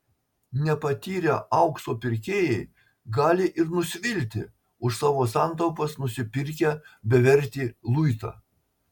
nepatyrę aukso pirkėjai gali ir nusvilti už savo santaupas nusipirkę bevertį luitą